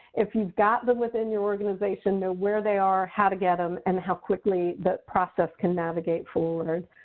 if you've got them within your organization, know where they are, how to get them, and how quickly the process can navigate forward.